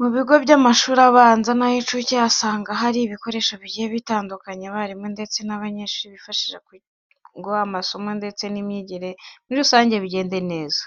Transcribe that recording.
Mu bigo by'amashuri abanza n'ay'incuke usanga haba hari ibikoresho bigiye bitandukanye abarimu ndetse n'abanyeshuri bifashisha kugira ngo amasomo ndetse n'imyigire muri rusange bigende neza.